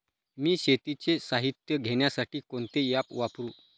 मी शेतीचे साहित्य घेण्यासाठी कोणते ॲप वापरु?